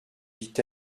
dit